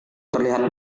terlihat